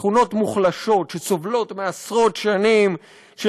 שכונות מוחלשות שסובלות מעשרות שנים של